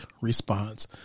response